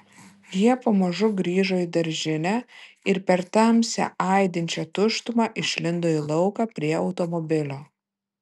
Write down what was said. jie pamažu grįžo į daržinę ir per tamsią aidinčią tuštumą išlindo į lauką prie automobilio